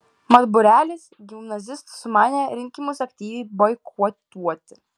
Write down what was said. mat būrelis gimnazistų sumanė rinkimus aktyviai boikotuoti